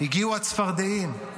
הגיעו הצפרדעים,